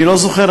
אני לא זוכר,